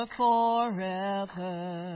forever